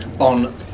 on